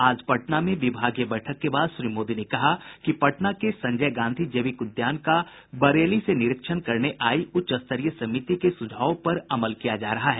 आज पटना में विभागीय बैठक के बाद श्री मोदी ने कहा कि पटना के संजय गांधी जैविक उद्यान का बरेली से निरीक्षण करने आयी उच्च स्तरीय समिति के सुझावों पर अमल किया जा रहा है